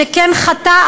שכן הוא חטא,